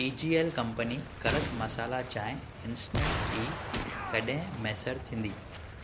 TGL company कड़क मसाला चांहि instant tea कॾहिं मुयसरु थींदी